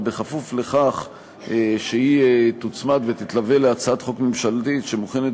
אבל בכפוף לכך שהיא תוצמד ותתלווה להצעת חוק ממשלתית שנבחנת